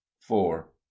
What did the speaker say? four